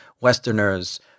Westerners